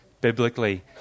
biblically